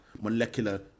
molecular